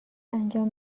انجام